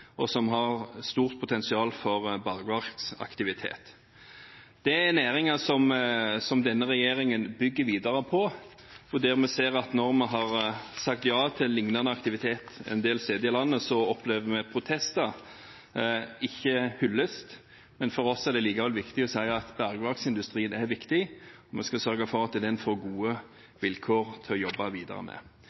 og som har stort potensial for bergverksaktivitet. Det er næringer som denne regjeringen bygger videre på. Når vi har sagt ja til lignende aktivitet en del steder i landet, opplever vi protester – ikke hyllest. For oss er det allikevel viktig å si at bergverksindustrien er viktig. Vi skal sørge for at den får gode vilkår å jobbe videre med.